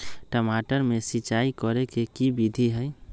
टमाटर में सिचाई करे के की विधि हई?